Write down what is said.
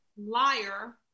liar